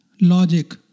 logic